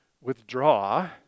withdraw